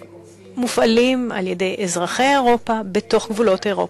מופעלים על-ידי אזרחי אירופה בתוך גבולות אירופה,